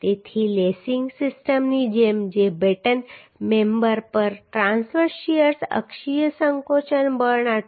તેથી લેસિંગ સિસ્ટમની જેમ જ બેટન મેમ્બર પર ટ્રાંસવર્સ શીયર અક્ષીય સંકોચન બળના 2